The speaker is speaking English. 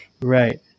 Right